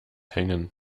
hängen